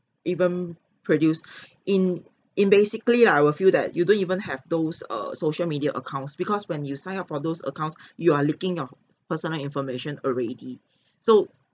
even produced in in basically ah I will feel that you don't even have those err social media accounts because when you sign up for those accounts you are leaking out personal information already so